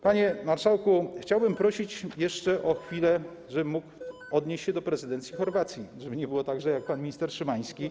Panie marszałku, chciałbym prosić jeszcze o chwilę, żebym mógł odnieść się do prezydencji Chorwacji, żeby nie było tak, jak minister Szymański.